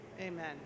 Amen